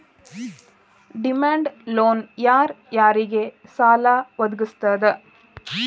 Demand loan ಯಾರ್ ಯಾರಿಗ್ ಸಾಲಾ ವದ್ಗಸ್ತದ?